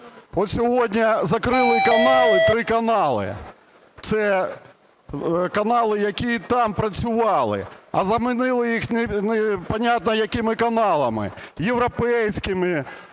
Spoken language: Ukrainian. От сьогодні закрили канали, 3 канали, це канали, які там працювали. А замінили їх непонятно якими каналами європейськими.